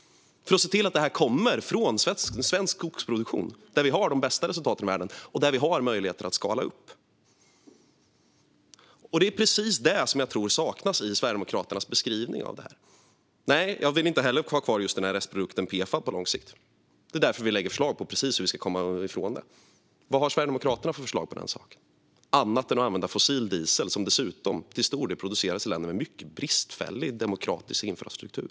Vi ska se till att det här kommer från svensk skogsproduktion, där vi har de bästa resultaten i världen och där vi har möjligheter att skala upp. Det är precis det som jag tror saknas i Sverigedemokraternas beskrivning av frågan. Nej, inte heller jag vill ha kvar restprodukten PFAD på lång sikt, och det är därför vi lägger fram förslag till hur vi ska komma från det. Vad har Sverigedemokraterna för förslag angående detta annat än att använda fossil diesel, som dessutom till stor del produceras i länder med mycket bristfällig demokratisk infrastruktur?